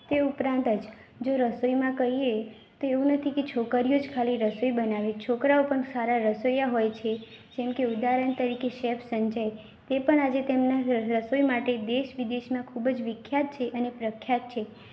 તે ઉપરાંત જ જો રસોઈમાં કહીએ તો એવું નથી કે છોકરીઓ જ ખાલી રસોઈ બનાવે છોકરાઓ પણ સારા રસોઈયા હોય છે જેમ કે ઉદાહરણ તરીકે શેફ સંજય તે પણ આજે તેમના ર રસોઈ માટે દેશ વિદેશમાં ખૂબ જ વિખ્યાત છે અને પ્રખ્યાત છે